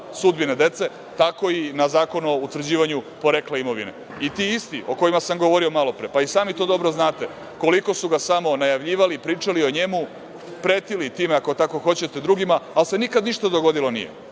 sudbine dece, tako i na Zakon o utvrđivanju porekla imovine. Ti isti o kojima sam govorio malopre, pa i sami to dobro znate koliko su ga samo najavljivali, pričali o njemu, pretili time, ako tako hoćete, drugima, pa se nikada ništa dogodilo nije,